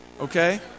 okay